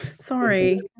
Sorry